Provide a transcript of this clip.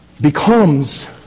becomes